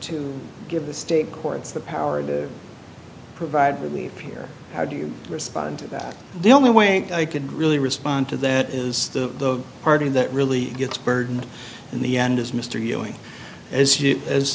to give the state courts the power to provide relieve here how do you respond to that the only way i could really respond to that is the party that really gets burdened in the end is mr ewing as you as